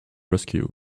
rescue